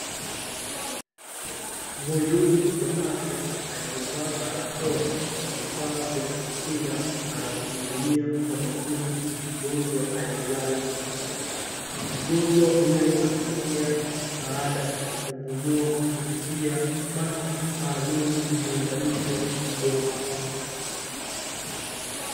Mhudumu wa afya aliyevaa barakoa na vifaa vya kujikinga anamhudumia kwa makini mgonjwa aliyelala kitandani. Mgonjwa huyo anapokea msaada wa kupumua kupitia maskii maalum iliyounganishwa na bomba.